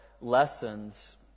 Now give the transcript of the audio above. lessons